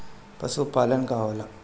पशुपलन का होला?